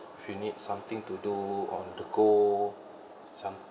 if you need something to do on the go some